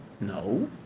No